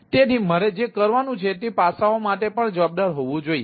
તેથી મારે જે કરવાનું છે તે પાસાઓ માટે પણ જવાબદાર હોવું જોઈએ